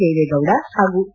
ದೇವೇಗೌಡ ಹಾಗೂ ಸಿ